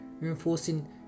reinforcing